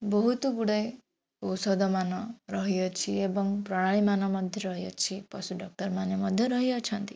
ବହୁତ ଗୁଡ଼ାଏ ଔଷଧ ମନ ରହିଅଛି ଏବଂ ପ୍ରଣାଳୀମାନ ମଧ୍ୟ ରହିଅଛି ପଶୁ ଡ଼କ୍ଟର ମାନେ ମଧ୍ୟ ରହିଅଛନ୍ତି